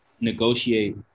negotiate